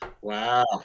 Wow